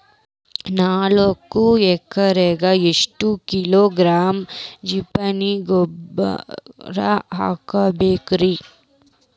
ನಾಲ್ಕು ಎಕರೆಕ್ಕ ಎಷ್ಟು ಕಿಲೋಗ್ರಾಂ ಜಿಪ್ಸಮ್ ಬೋರಾನ್ ಹಾಕಬೇಕು ರಿ?